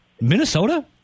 Minnesota